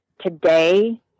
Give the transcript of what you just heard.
today